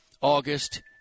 August